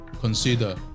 consider